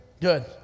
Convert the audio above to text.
Good